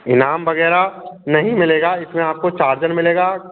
इनाम वग़ैरह नहीं मिलेगा इसमें आपको चार्जर मिलेगा